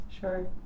Sure